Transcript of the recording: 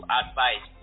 advice